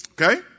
Okay